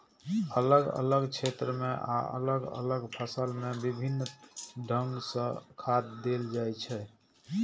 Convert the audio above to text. अलग अलग क्षेत्र आ अलग अलग फसल मे विभिन्न ढंग सं खाद देल जाइ छै